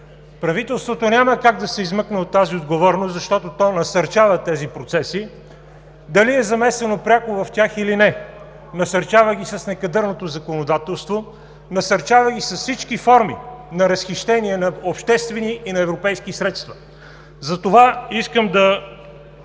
Правителството няма как да се измъкне от тази отговорност, защото то насърчава тези процеси. Дали е замесено пряко в тях, или не – насърчава ги с некадърното законодателство, насърчава ги с всички форми на разхищение на обществени и на европейски средства. Затова искам да